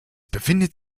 befindet